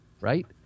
right